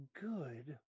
Good